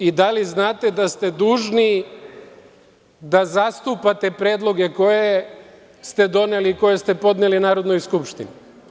I da li znate da ste dužni da zastupate predloge koje ste doneli i koje ste podneli Narodnoj skupštini?